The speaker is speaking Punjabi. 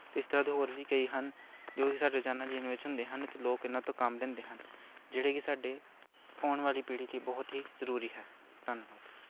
ਇਸ ਤਰ੍ਹਾਂ ਦੇ ਹੋਰ ਵੀ ਕਈ ਹਨ ਜੋ ਕਿ ਸਾਡੇ ਰੋਜ਼ਾਨਾ ਜੀਵਨ ਵਿੱਚ ਹੁੰਦੇ ਹਨ ਅਤੇ ਲੋਕ ਇਹਨਾਂ ਤੋਂ ਕੰਮ ਲੈਂਦੇ ਹਨ ਜਿਹੜੇ ਕਿ ਸਾਡੇ ਆਉਣ ਵਾਲੀ ਪੀੜ੍ਹੀ ਲਈ ਬਹੁਤ ਹੀ ਜ਼ਰੂਰੀ ਹੈ ਧੰਨਵਾਦ